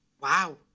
Wow